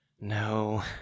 No